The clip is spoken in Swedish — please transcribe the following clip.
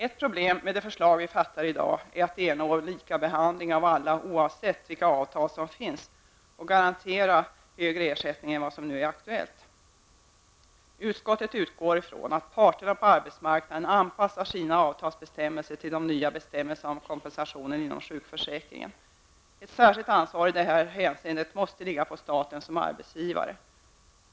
Ett problem med det förslag som vi fattar beslut om i dag är att ernå likabehandling av alla, oavsett vilka avtal som finns, och garantera högre ersättning än vad som nu är aktuellt. Utskottet utgår ifrån att parterna på arbetsmarknaden anpassar sina avtalsbestämmelser till de nya bestämmelserna om kompensationen inom sjukförsäkringen. Ett särskilt ansvar i detta hänseende måste ligga på staten som arbetsgivare.